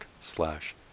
slash